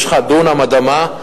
יש לך דונם אדמה,